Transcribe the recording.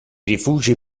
rifugi